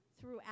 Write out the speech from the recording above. throughout